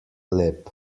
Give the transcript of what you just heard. lep